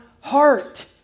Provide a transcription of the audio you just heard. heart